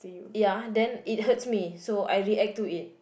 ya then it hurts me so I react to it